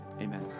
Amen